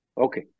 Okay